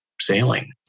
sailing